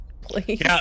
please